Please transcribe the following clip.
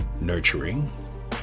nurturing